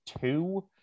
two